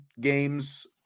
games